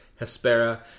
Hespera